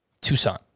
Tucson